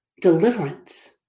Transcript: deliverance